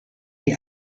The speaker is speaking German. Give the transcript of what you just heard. die